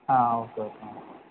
ആ okay okay madam